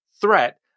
threat